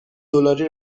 دلاری